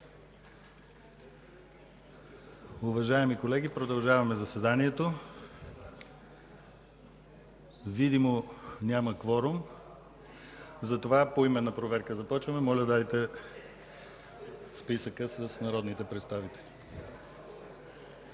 Уважаеми колеги, продължаваме заседанието. Видимо няма кворум, затова започваме поименна проверка. Моля, дайте списъка с народните представители: